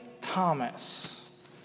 Thomas